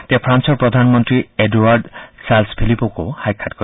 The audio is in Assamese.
তেওঁ ফ্ৰালৰ প্ৰধানমন্ত্ৰী এডবাৰ্ড চালৰ্ছ ফিলিপেকো সাক্ষাৎ কৰিব